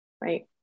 right